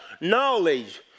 knowledge